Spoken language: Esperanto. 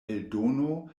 eldono